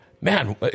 man